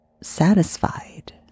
satisfied